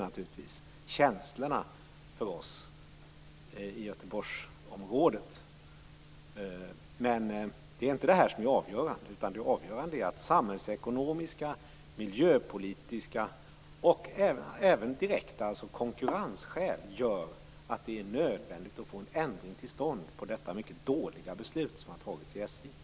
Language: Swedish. Det stärker känslorna för oss i Göteborgsområdet. Men det är inte det här som är det avgörande. Det avgörande är att samhällsekonomiska, miljöpolitiska och även direkt konkurrensskäl gör att det är nödvändigt att få en förändring till stånd i detta mycket dåliga beslut som fattats av SJ.